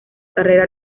carrera